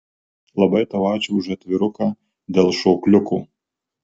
labai tau ačiū už atviruką dėl šokliuko